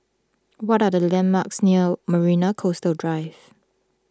what are the landmarks near Marina Coastal Drive